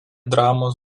dramos